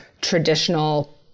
traditional